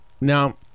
Now